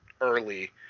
early